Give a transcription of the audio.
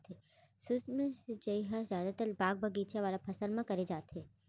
सूक्ष्म सिंचई ह जादातर बाग बगीचा वाला फसल म करे जाथे